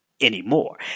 Anymore